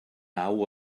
naw